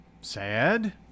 Sad